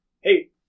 hey